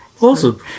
Awesome